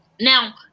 Now